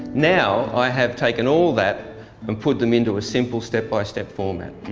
now, i have taken all that and put them into a simple step by step format.